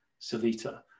salita